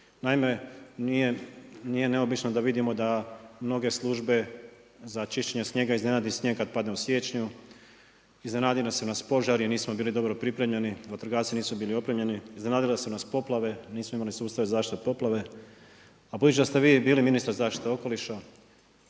Naime, nije neobično da vidimo da mnoge službe za čišćenje snijega iznenadi snijeg kada padne u siječnju, iznenadili su nas požari, nismo bili dobro pripremljeni, vatrogasci nisu bili opremljeni, iznenadile su nas poplave, nismo imali sustav zaštite od poplave, a budući da ste vi bili ministar zaštite okoliša